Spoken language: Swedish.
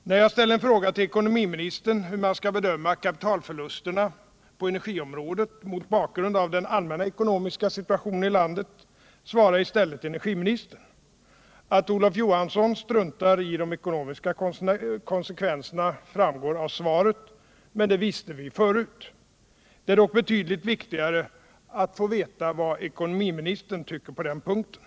När jag ställer en fråga till ekonomiministern hur man skall bedöma kapitalförlusterna på energiområdet mot bakgrund av den allmänna ekonomiska situationen i landet, svarar i stället energiministern. Att Olof Johansson struntar i de ekonomiska konsekvenserna framgår av svaret, men det visste vi förut. Det är dock betydligt viktigare att få veta vad ekonomiministern tycker på den punkten.